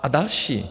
A další.